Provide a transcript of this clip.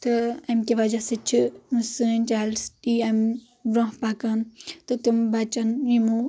تہٕ امہِ کہِ وجہہ سۭتۍ چھِ سٲنۍ چایلڈ سٹی امہ برونٛہہ پکان تہٕ تِم بچن یِمو